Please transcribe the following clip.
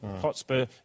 Hotspur